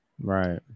Right